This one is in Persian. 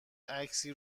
عکسی